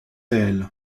réel